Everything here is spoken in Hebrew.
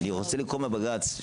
אקרא מהבג"ץ,